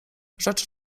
rzecz